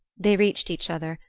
they reached each other,